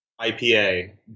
IPA